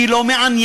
היא לא מעניינת,